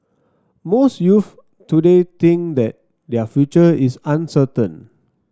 most youths today think that their future is uncertain